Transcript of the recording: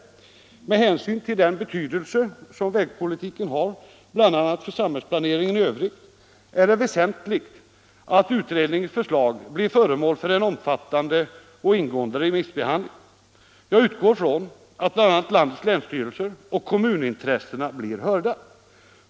Med hänsyn till den betydelse som vägpolitiken har för bl.a. samhällsplaneringen i övrigt är det väsentligt att utredningens förslag blir föremål för en omfattande och ingående remissbehandling. Jag utgår från att bl.a. länsstyrelser och kommunin Nr 49 tressen blir hörda.